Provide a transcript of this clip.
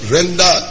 Render